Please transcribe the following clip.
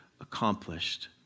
accomplished